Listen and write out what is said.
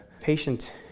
patient